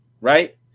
right